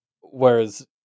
whereas